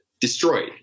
destroyed